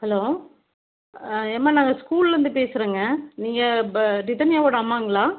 hello ஏம்மா நாங்கள் ஸ்கூலில் இருந்து பேசுறேங்க நீங்கள் ப ரிதன்யாவோட அம்மாங்களா